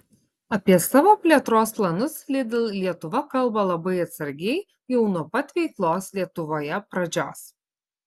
apie savo plėtros planus lidl lietuva kalba labai atsargiai jau nuo pat veiklos lietuvoje pradžios